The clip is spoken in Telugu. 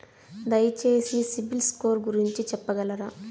దయచేసి సిబిల్ స్కోర్ గురించి చెప్పగలరా?